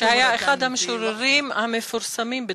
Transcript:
שהיה אחד המשוררים המפורסמים בתקופתו.